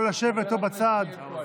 או לשבת או בצד.